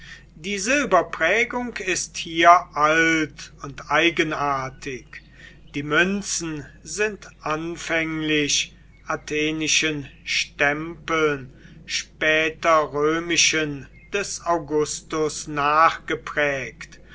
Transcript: die silberprägung ist hier alt und eigenartig die münzen sind anfänglich athenischen stempeln später römischen des augustus